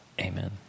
Amen